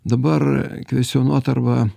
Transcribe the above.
dabar kvestionuot arba